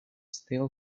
still